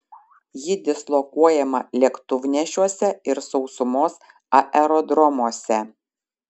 ji dislokuojama lėktuvnešiuose ir sausumos aerodromuose